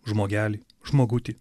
žmogelį žmogutį